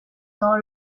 dans